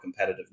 competitiveness